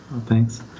Thanks